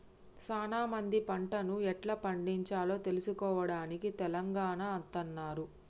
సానా మంది పంటను ఎట్లా పండిచాలో తెలుసుకోవడానికి తెలంగాణ అత్తన్నారు